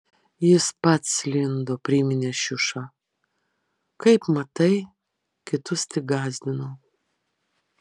jis pats lindo priminė šiuša kaip matai kitus tik gąsdinau